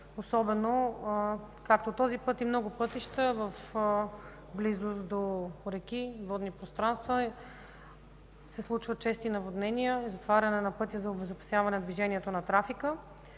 особено както този път и много пътища в близост до реки, водни пространства се случват чести наводнения и затваряне на пътя за обезопасяване на движението, на трафика.